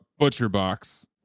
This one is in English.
ButcherBox